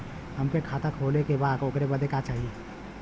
हमके खाता खोले के बा ओकरे बादे का चाही?